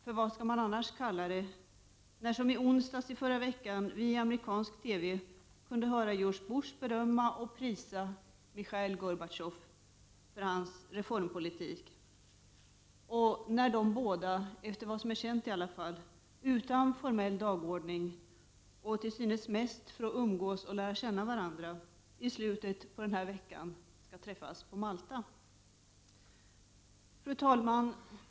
För vad skall man annars kalla det, när som i onsdags i förra veckan vi i amerikansk TV kunde höra George Bush berömma och prisa Michail Gorbatjov för dennes reformpolitik och när de båda, efter vad som är känt, utan formell förhandlingsordning och till synes mest för att umgås och lära känna varandra i slutet på den här veckan skall träffas på Malta. Fru talman!